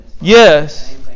Yes